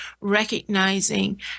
recognizing